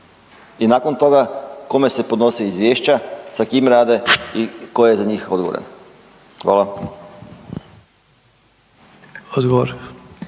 I nakon toga kome se podnose izvješća, sa kim rade i tko je za njih odgovoran. Hvala.